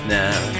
now